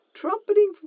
trumpeting